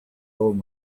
old